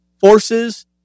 forces